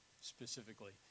specifically